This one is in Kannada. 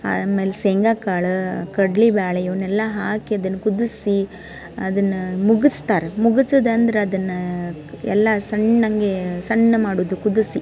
ಆಮೇಲೆ ಶೇಂಗ ಕಾಳು ಕಡ್ಲೇ ಬೇಳೆ ಇವನ್ನೆಲ್ಲ ಹಾಕಿ ಅದನ್ನು ಕುದಿಸಿ ಅದನ್ನು ಮುಗುಸ್ತಾರ್ ಮುಗುಚದಂದ್ರೆ ಅದನ್ನು ಎಲ್ಲ ಸಣ್ಣಗೆ ಸಣ್ಣ ಮಾಡೋದ್ ಕುದಿಸಿ